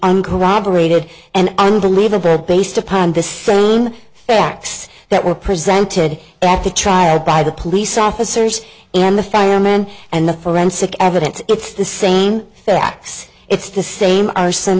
uncorroborated and unbelievable based upon the sun facts that were presented at the trial by the police officers and the firemen and the forensic evidence it's the same facts it's the same